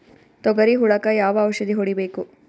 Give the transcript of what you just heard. ತೊಗರಿ ಹುಳಕ ಯಾವ ಔಷಧಿ ಹೋಡಿಬೇಕು?